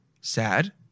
Sad